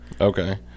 okay